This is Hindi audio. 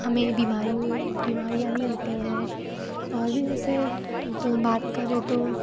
हमें बीमारियों बीमारियाँ नहीं होती है और भी जैसे तो बात करें तो